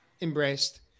embraced